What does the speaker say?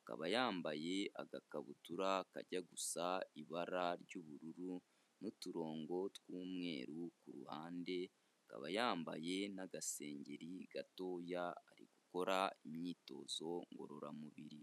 akaba yambaye agakabutura kajya gusa ibara ry'ubururu n'uturongo tw'umweru ku ruhande, akaba yambaye n'agasengeri gatoya, ari gukora imyitozo ngororamubiri.